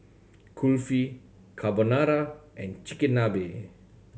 Kulfi Carbonara and Chigenabe